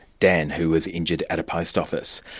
dan, who was injured at a post office.